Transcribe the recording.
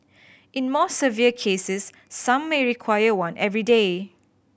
in more severe cases some may require one every day